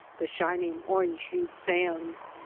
the shining orange-hued sands,